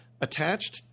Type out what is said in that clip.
attached